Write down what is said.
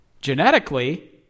genetically